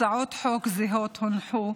הצעות חוק זהות הונחו,